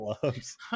gloves